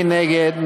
מי נגד?